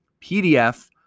PDF